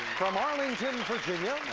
from arlington, virginia.